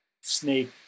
snake